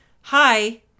hi